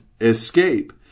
escape